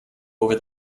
over